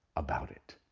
about it.